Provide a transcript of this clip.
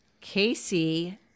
Casey